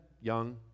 young